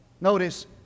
notice